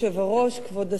כבוד השר,